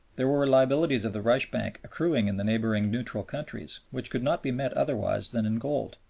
there were liabilities of the reichsbank accruing in the neighboring neutral countries, which could not be met otherwise than in gold.